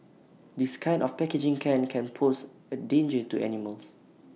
this kind of packaging can can pose A danger to animals